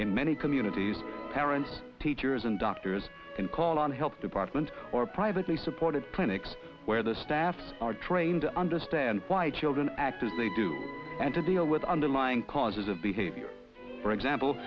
in many communities parents teachers and doctors can call on help department or privately supported clinics where the staff are trained to understand why children act as they do and to deal with underlying causes of behavior for example